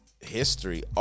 history